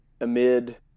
amid